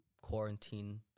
quarantine